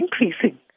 increasing